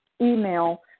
email